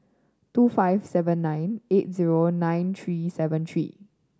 two five seven nine eight zero nine three seven three